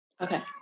Okay